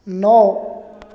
नौ